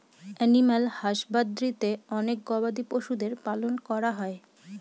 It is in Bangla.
এনিম্যাল হাসবাদরীতে অনেক গবাদি পশুদের পালন করা হয়